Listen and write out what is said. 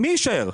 מי יישאר?